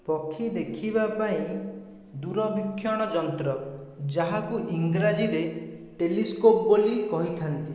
ପକ୍ଷୀ ଦେଖିବା ପାଇଁ ଦୂରବୀକ୍ଷଣ ଯନ୍ତ୍ର ଯାହାକୁ ଇଂରାଜୀରେ ଟେଲିସ୍କୋପ ବୋଲି କହିଥାନ୍ତି